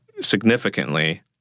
significantly